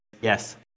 yes